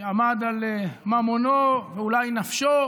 שעמד על ממונו ואולי על נפשו,